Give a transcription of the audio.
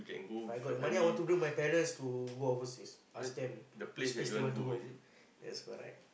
If I got the money I wanna bring my parents to go overseas ask them which place they want to go yes correct